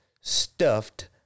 stuffed